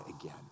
again